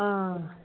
অ